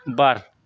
बार